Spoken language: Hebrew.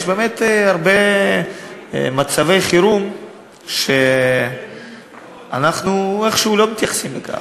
יש באמת הרבה מצבי חירום שאנחנו איכשהו לא מתייחסים אליהם.